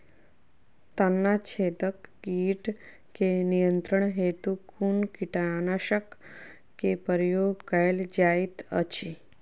तना छेदक कीट केँ नियंत्रण हेतु कुन कीटनासक केँ प्रयोग कैल जाइत अछि?